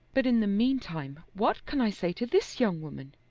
but in the meantime what can i say to this young woman?